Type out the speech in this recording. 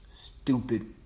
Stupid